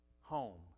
home